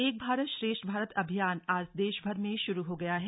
एक भारत श्रेष्ठ भारत अभियान आज देशभर में शुरू हो गया है